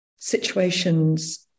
situations